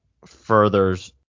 Further's